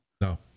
No